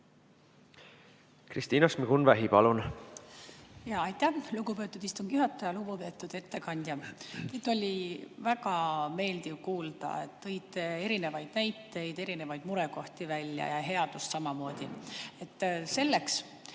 Kristina Šmigun-Vähi, palun! Aitäh, lugupeetud istungi juhataja! Lugupeetud ettekandja! Teid oli väga meeldiv kuulata. Tõite erinevaid näiteid, erinevaid murekohti välja ja headust samamoodi. Selleks,